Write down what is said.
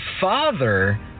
father